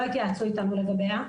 לא התייעצו אתנו לגביה.